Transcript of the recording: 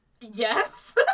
Yes